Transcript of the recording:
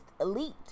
elite